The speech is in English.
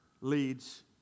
leads